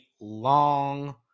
long